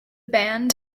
band